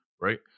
right